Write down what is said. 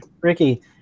Ricky